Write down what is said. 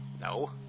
No